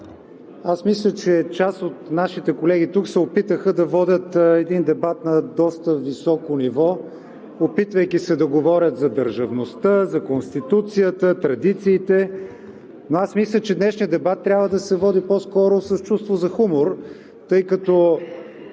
Аз мисля, че част от нашите колеги тук се опитаха да водят един дебат на доста високо ниво, опитвайки се да говорят за държавността, за Конституцията, традициите. Но аз мисля, че днешният дебат трябва да се води по-скоро с чувство за хумор, тъй като